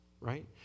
right